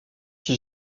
qui